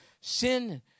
sin